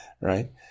right